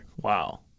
Wow